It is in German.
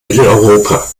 mitteleuropa